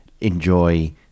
enjoy